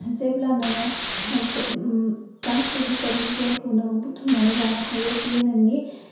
जेब्ला नोङो मोनसे ओम गांसे बिजाबनि गियानखौ नोङो बुथुमनानै लानो हायो बेयो नोंनि